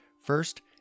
First